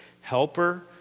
Helper